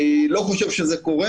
אני לא חושב שזה קורה.